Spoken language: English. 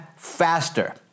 faster